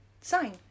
sign